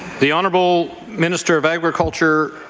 the honourable minister of agriculture.